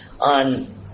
on